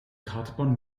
kartbahn